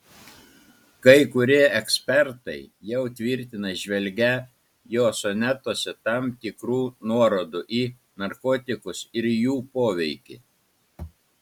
kai kurie ekspertai jau tvirtina įžvelgią jo sonetuose tam tikrų nuorodų į narkotikus ir jų poveikį